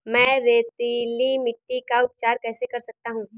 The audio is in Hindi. मैं रेतीली मिट्टी का उपचार कैसे कर सकता हूँ?